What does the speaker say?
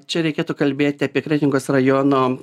čia reikėtų kalbėti apie kretingos rajono